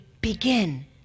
begin